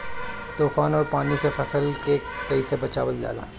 तुफान और पानी से फसल के कईसे बचावल जाला?